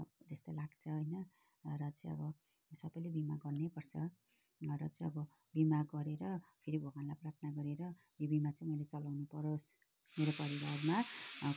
त्यस्तो लाग्छ होइन र चाहिँ अब सबैले बिमा गर्नैपर्छ र चाहिँ अब बिमा गरेर फेरि भगवान्लाई प्रार्थना गरेर यो बिमा चाहिँ मैले चलाउनु परोस् मेरो परिवारमा